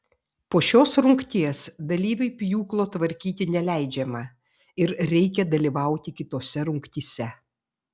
po šios rungties dalyviui pjūklo tvarkyti neleidžiama ir reikia dalyvauti kitose rungtyse